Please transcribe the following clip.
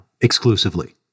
exclusively